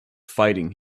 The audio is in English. fighting